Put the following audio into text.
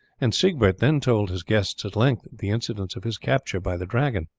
and siegbert then told his guests at length the incidents of his capture by the dragon.